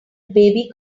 baby